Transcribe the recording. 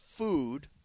food